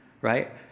right